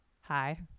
Hi